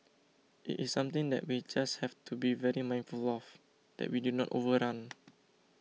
it is something that we just have to be very mindful of that we do not overrun